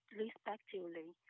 respectively